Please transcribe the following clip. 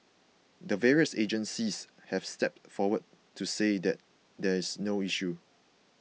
the various agencies have stepped forward to say that there's no issue